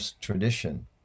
tradition